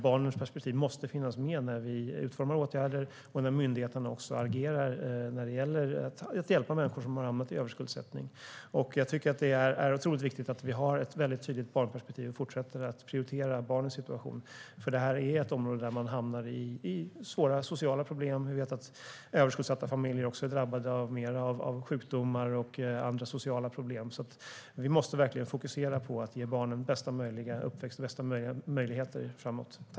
Barnens perspektiv måste finnas med när åtgärder utformas och när myndigheterna agerar för att hjälpa människor som hamnat i överskuldsättning. Det är otroligt viktigt att vi har ett tydligt barnperspektiv och fortsätter prioritera barnens situation. Det här är ett område där man hamnar i svåra sociala problem. Överskuldsatta familjer är också drabbade av sjukdomar och sociala problem i större utsträckning. Vi måste verkligen fokusera på att ge barnen bästa möjliga uppväxt och de bästa möjligheterna framåt.